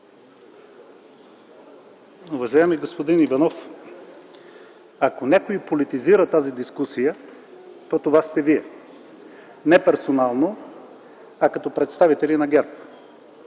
Уважаеми господин Иванов, ако някой политизира тази дискусия, то това сте вие – не персонално, а като представители на ГЕРБ.